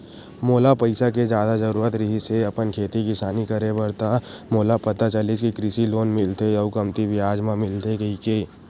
मोला पइसा के जादा जरुरत रिहिस हे अपन खेती किसानी करे बर त मोला पता चलिस कि कृषि लोन मिलथे अउ कमती बियाज म मिलथे कहिके